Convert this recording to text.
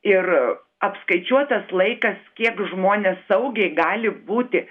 ir apskaičiuotas laikas kiek žmonės saugiai gali būti